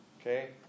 Okay